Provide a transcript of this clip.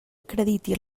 acrediti